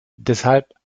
deshalb